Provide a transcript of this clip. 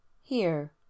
Here